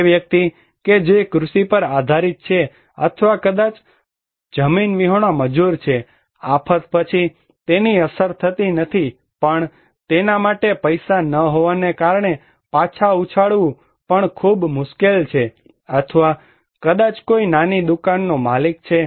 તે વ્યક્તિ કે જે કૃષિ પર આધારીત છે અથવા કદાચ જમીન વિહોણા મજૂર છે આફત પછી તેની અસર થતી નથી પણ તેના માટે પૈસા ન હોવાને કારણે પાછા ઉછાળવું પણ ખૂબ મુશ્કેલ છે અથવા કદાચ કોઈ નાની દુકાનનો માલિક છે